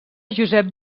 josep